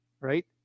Right